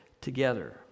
together